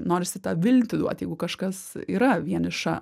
norisi tą viltį duoti jeigu kažkas yra vieniša